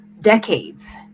decades